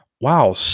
wow